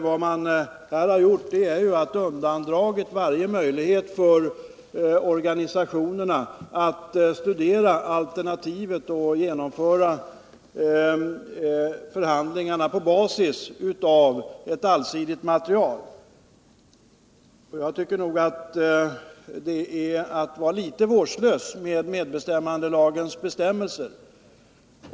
Vad man har gjort har varit att undandra organisationerna varje möjlighet att studera alternativen och genomföra förhandlingarna på basis av ett allsidigt material. Jag tycker att det är att vara litet vårdslös med medbestämmandelagens bestämmelser.